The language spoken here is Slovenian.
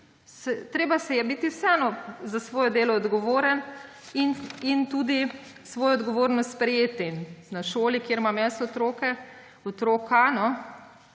Treba je biti vseeno za svoje delo odgovoren in svojo odgovornost sprejeti. Na šoli, kjer imam jaz otroke – otroka,